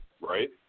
Right